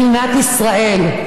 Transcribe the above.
מדינת ישראל,